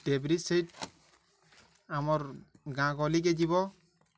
ଡେବିରି ସାହି ଆମର୍ ଗାଁ ଗହଲିକେ ଯିବ